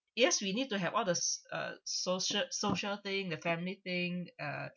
yes we need to have all the s~ uh social social thing the family thing uh